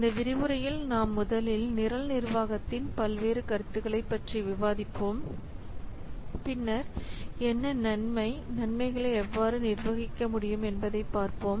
இந்த விரிவுரையில் நாம் முதலில் நிரல் நிர்வாகத்தின் பல்வேறு கருத்துகளைப் பற்றி விவாதிப்போம் பின்னர் என்ன நன்மை நன்மைகளை எவ்வாறு நிர்வகிக்க முடியும் என்பதைப் பார்ப்போம்